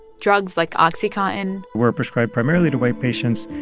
drugs like oxycontin. were prescribed primarily to white patients,